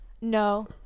No